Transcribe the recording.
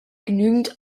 genügend